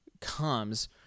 comes